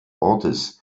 ortes